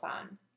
on